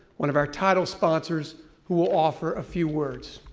one of our title sponsors who will offer a few words.